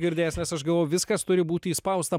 girdės nes aš galvojau viskas turi būti įspausta